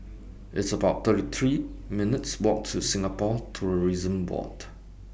It's about thirty three minutes' Walks to Singapore Tourism Board